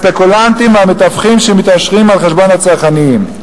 הספקולנטים והמתווכים שמתעשרים על חשבון הצרכנים.